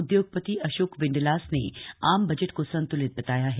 उद्योगपति अशोक विंडलास ने आम बजट को संत्लित बताया है